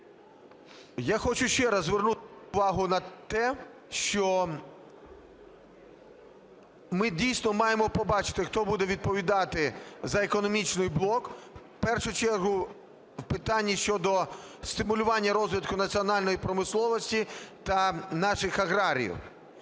я хочу ще раз звернути увагу на те, що ми, дійсно, маємо побачити, хто буде відповідати за економічний блок, в першу чергу в питанні щодо стимулювання розвитку національної промисловості та наших аграріїв.